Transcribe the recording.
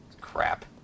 Crap